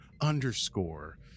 underscore